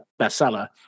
bestseller